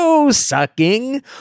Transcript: sucking